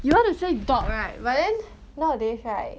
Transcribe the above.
you want to say dog right but then nowadays right